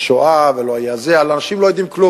שואה ולא היה זה, הלוא אנשים לא יודעים כלום.